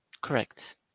Correct